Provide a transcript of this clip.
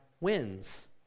wins